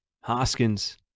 Hoskins